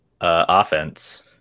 Offense